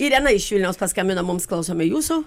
irena iš vilniaus paskambino mums klausome jūsų